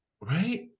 right